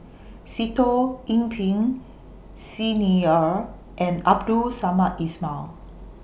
Sitoh Yih Pin Xi Ni Er and Abdul Samad Ismail